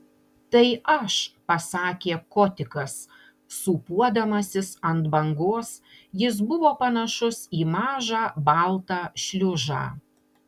tai aš pasakė kotikas sūpuodamasis ant bangos jis buvo panašus į mažą baltą šliužą